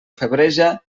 febreja